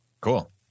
Cool